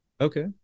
Okay